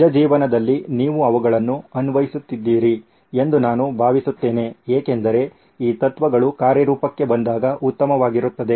ನಿಜ ಜೀವನದಲ್ಲಿ ನೀವು ಅವುಗಳನ್ನು ಅನ್ವಯಿಸುತ್ತಿದ್ದೀರಿ ಎಂದು ನಾನು ಭಾವಿಸುತ್ತೇನೆ ಏಕೆಂದರೆ ಈ ತತ್ವಗಳು ಕಾರ್ಯರೂಪಕ್ಕೆ ಬಂದಾಗ ಉತ್ತಮವಾಗಿರುತ್ತದೆ